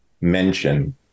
mention